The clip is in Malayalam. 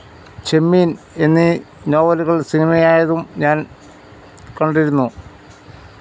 ചെമ്മീൻ എന്നീ നോവലുകൾ സിനിമയായതും ഞാൻ കണ്ടിരുന്നു